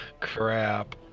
crap